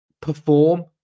perform